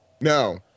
No